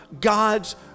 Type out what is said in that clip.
God's